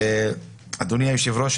אדוני היושב-ראש,